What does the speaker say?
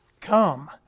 come